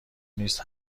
نیز